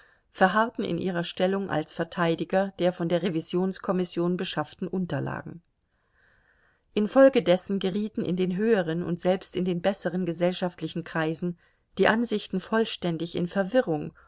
verharrten in ihrer stellung als verteidiger der von der revisionskommission beschafften unterlagen infolgedessen gerieten in den höheren und selbst in den besseren gesellschaftlichen kreisen die ansichten vollständig in verwirrung